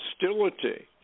hostility